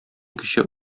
кече